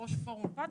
יושב-ראש פורום פת.